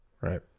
Right